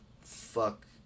fuck